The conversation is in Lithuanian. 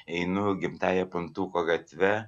einu gimtąja puntuko gatve